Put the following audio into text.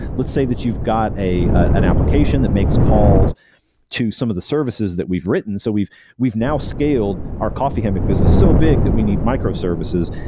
let's say that you've got an application that makes calls to some of the services that we've written, so we've we've now scaled our coffee hammock business so big that we need micro services.